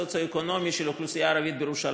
הסוציו-אקונומי של האוכלוסייה הערבית בירושלים.